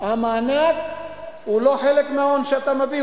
המענק הוא לא חלק מההון שאתה מביא,